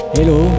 Hello